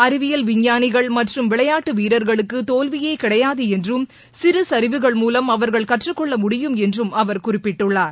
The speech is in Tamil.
அறிவியல் விஞ்ஞானிகள் மற்றும் விளையாட்டு வீரர்களுக்கு தோல்வியே கிடையாது என்றும் சிறு சரிவுகள் மூலம் அவர்கள் கற்றுக்கொள்ளமுடியும் என்றும் அவர் குறிப்பிட்டுள்ளார்